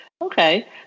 Okay